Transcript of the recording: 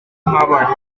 nk’abarimu